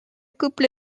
couple